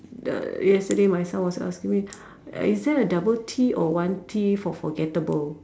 the yesterday my son was asking me is there a double T or one T for forgettable